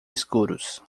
escuros